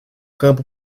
campo